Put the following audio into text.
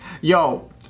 yo